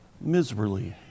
miserably